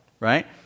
right